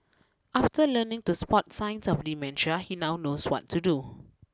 after learning to spot signs of dementia he now knows what to do